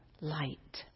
light